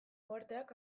uharteak